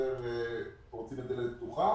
מתפרצים לדלת פתוחה.